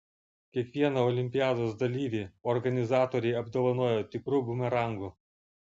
kiekvieną olimpiados dalyvį organizatoriai apdovanojo tikru bumerangu